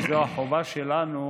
וזאת החובה שלנו